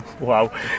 Wow